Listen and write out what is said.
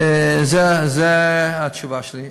זאת התשובה שלי.